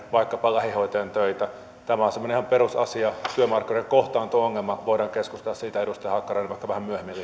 tehdä vaikkapa lähihoitajan töitä tämä on semmoinen ihan perusasia työmarkkinoiden kohtaanto ongelma voidaan keskustella siitä edustaja hakkarainen vaikka vähän myöhemmin